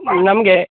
ನಮಗೆ